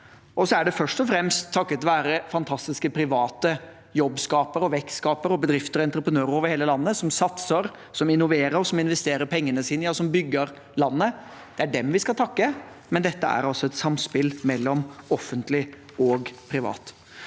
Dette er først og fremst takket være fantastiske private jobbskapere, vekstskapere, bedrifter og entreprenører over hele landet som satser, som innoverer, som investerer pengene sine – ja, som bygger landet. Det er dem vi skal takke, men dette er altså et samspill mellom offentlig og privat.